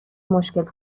مشکل